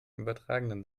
übertragenen